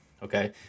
Okay